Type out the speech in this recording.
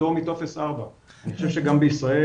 פטור מטופס 4. אני חושב שגם בישראל,